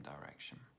direction